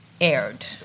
aired